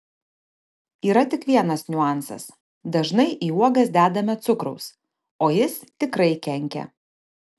yra tik vienas niuansas dažnai į uogas dedame cukraus o jis tikrai kenkia